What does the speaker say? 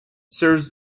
serves